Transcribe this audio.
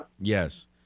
Yes